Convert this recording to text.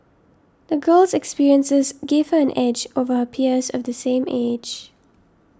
the girl's experiences gave her an edge over her peers of the same age